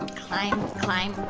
and climb, climb,